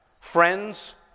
friends